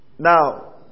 Now